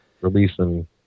releasing